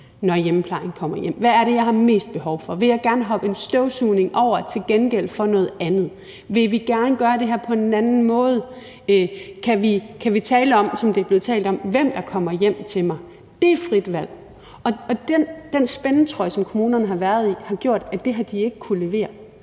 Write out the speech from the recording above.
hvad det er, man har mest behov for, om man gerne vil hoppe en støvsugning over til gengæld for noget andet. Og spørgsmålet er, om vi gerne vil gøre det her på en anden måde, om vi kan tale om, som der er blevet talt om, hvem der kommer hjem til vedkommende. Det er frit valg. Og den spændetrøje, som kommunerne har været i, har gjort, at det har de ikke kunnet levere.